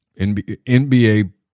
NBA